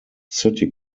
city